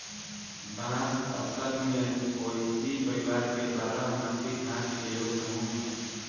बांस असल में पोएसी परिवार के बारह मासी घास के एगो समूह ह